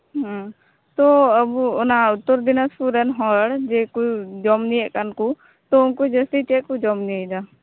ᱛᱚ ᱟᱵᱚ ᱚᱱᱟ ᱩᱛᱛᱚᱨ ᱫᱤᱱᱟᱡᱯᱩᱨ ᱨᱮᱱ ᱦᱚᱲ ᱡᱮᱠᱚ ᱡᱚᱢ ᱧᱩᱭᱮᱫ ᱠᱟᱱ ᱠ ᱛᱚ ᱩᱝᱠᱩ ᱡᱟᱥᱛᱤ ᱪᱮᱫ ᱠᱚ ᱡᱚᱢᱼᱧᱩᱭᱮᱫᱟ